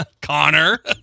Connor